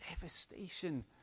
devastation